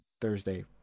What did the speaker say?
Thursday